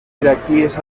iraquíes